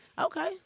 Okay